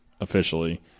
officially